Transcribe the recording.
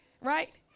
right